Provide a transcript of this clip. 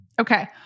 Okay